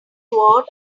what